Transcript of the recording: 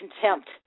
contempt